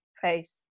face